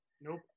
Nope